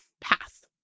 path